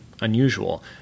unusual